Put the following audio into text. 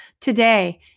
today